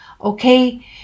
Okay